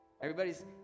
Everybody's